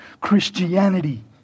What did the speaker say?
Christianity